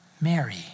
Mary